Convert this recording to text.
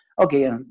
okay